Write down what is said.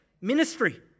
ministry